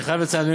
אני חייב לציין,